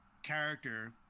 Character